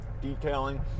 Detailing